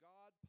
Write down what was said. God